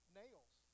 nails